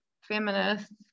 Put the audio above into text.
feminists